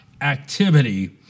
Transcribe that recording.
activity